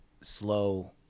slow